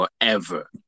forever